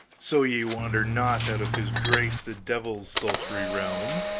so ye wander not out of his grace the devil's sultry realm.